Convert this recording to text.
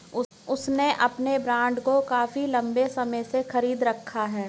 उसने अपने बॉन्ड को काफी लंबे समय से खरीद रखा है